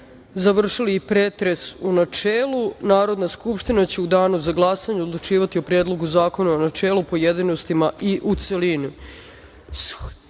završili i pretres u načelu, Narodna skupština će u danu za glasanje odlučivati o Predlogu zakona u načelu, pojedinostima i u